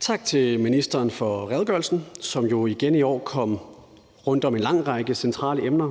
Tak til ministeren for redegørelsen, som jo igen i år kom rundt om en lang række centrale emner.